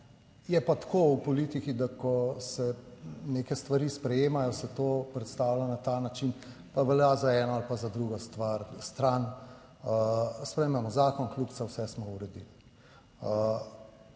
je pa tako v politiki, da ko se neke stvari sprejemajo, se to predstavlja na ta način, pa velja za eno ali za drugo stran, sprejmemo zakon, kljukica, vse smo uredili.